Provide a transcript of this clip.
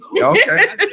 Okay